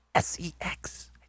sex